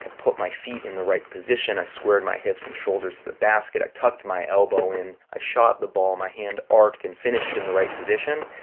i put my feet in the right position. i squared my hips and shoulders to the basket. i tucked my elbow in. i shot the ball. my hand arced and finished in the right position.